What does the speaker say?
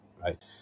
right